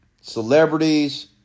celebrities